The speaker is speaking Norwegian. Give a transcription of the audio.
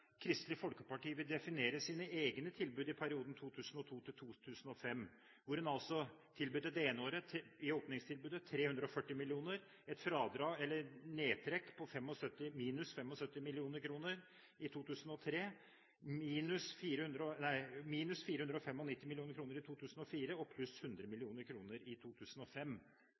Kristelig Folkeparti vil definere sine egne tilbud i perioden 2002–2005, når en det ene året kom med et åpningstilbud på 340 mill. kr, et nedtrekk på minus 75 mill. kr i 2003, minus 495 mill. kr i 2004 og pluss 100 mill. kr i 2005.